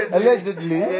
Allegedly